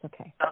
okay